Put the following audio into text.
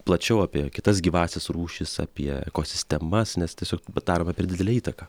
plačiau apie kitas gyvąsias rūšis apie ekosistemas nes tiesiog pa daroma per didelė įtaka